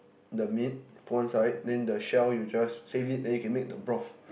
the meat put one side then the shell you just save it then you can make the broth